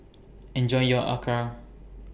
Enjoy your Acar